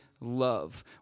love